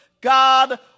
God